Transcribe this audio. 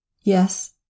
Yes